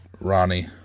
Ronnie